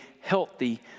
healthy